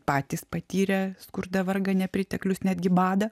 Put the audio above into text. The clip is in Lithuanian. patys patyrė skurdą vargą nepriteklius netgi badą